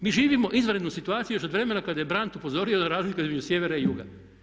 Mi živimo izvanrednu situaciju još od vremena kad je Brandt upozorio na razliku između sjevera i juga.